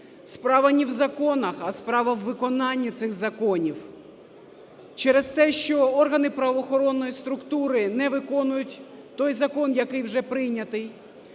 Справа не в законах, а справа у виконанні цих законів. Через те, що органи правоохоронної структури не виконують той закон, який вже прийнятий,